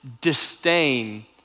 disdain